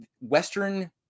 Western